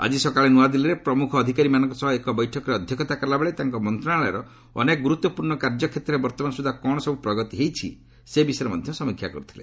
ଆଜି ସକାଳେ ନୂଆଦିଲ୍ଲୀରେ ପ୍ରମୁଖ ଅଧିକାରୀମାନଙ୍କ ସହ ଏକ ବୈଠକରେ ଅଧ୍ୟକ୍ଷତା କଲାବେଳେ ତାଙ୍କ ମନ୍ତ୍ରଣାଳୟର ଅନେକ ଗୁରୁତ୍ୱପୂର୍ଣ୍ଣ କାର୍ଯ୍ୟ କ୍ଷେତ୍ରରେ ବର୍ତ୍ତମାନ ସୁଦ୍ଧା କ'ଣ ସବୁ ପ୍ରଗତି ହୋଇଛି ସେ ବିଷୟରେ ମଧ୍ୟ ସମୀକ୍ଷା କରିଥିଲେ